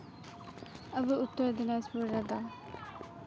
ᱟᱵᱚ ᱩᱛᱛᱚᱨ ᱫᱤᱱᱟᱡᱯᱩᱨ ᱨᱮᱫᱚ